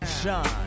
Shine